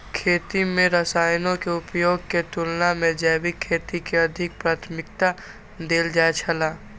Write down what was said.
खेती में रसायनों के उपयोग के तुलना में जैविक खेती के अधिक प्राथमिकता देल जाय छला